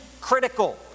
critical